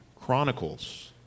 Chronicles